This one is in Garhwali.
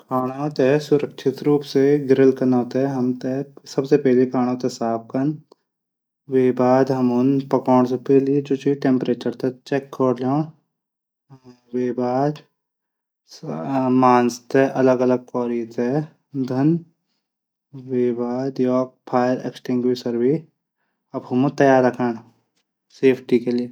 खाणा थै सुरक्षित रूप से गिरल कनू थै हमथै सबसे पैली खाणू थै साफ कन वे बाद पकाणू से पैली टैमरेचर थै चैक कौर दिण वे बाद मांस थै अलग अलग कौरी थै। धन फिर फिर फारय स्टीग वे अफम तैयार रखण। सेफ्टी के लिये।